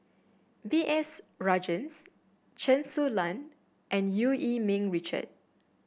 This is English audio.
B S Rajhans Chen Su Lan and Eu Yee Ming Richard